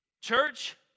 Church